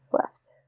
left